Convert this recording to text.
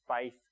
faith